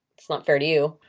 it's not fair to you.